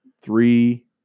three